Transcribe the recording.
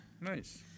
Nice